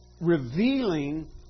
revealing